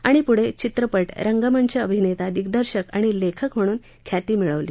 आणि पुढप्रित्रपट रंगमंच अभिनत्ती दिग्दर्शक आणि लखिक म्हणून ख्याती मिळवली